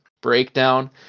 breakdown